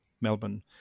Melbourne